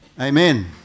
Amen